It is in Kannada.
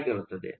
ಆಗಿರುತ್ತದೆ